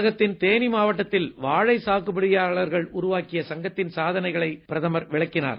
தமிழகத்தின் தேனி மாவட்டத்தின் வாழை சாகுபடியாளர்கள் உருவாக்கிய சங்கத்தின் சாதனைகளை பிரதமர் விளக்கினார்